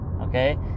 Okay